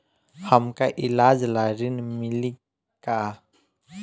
हमका ईलाज ला ऋण मिली का?